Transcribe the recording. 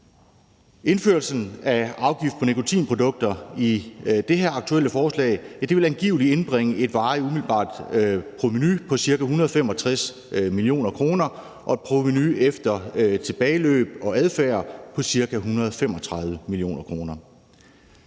Indførelsen af afgifter på nikotinprodukter i det aktuelle forslag vil angiveligt indbringe et varigt umiddelbart provenu på ca. 165 mio. kr. og et provenu efter tilbageløb og adfærd på ca. 135 mio. kr.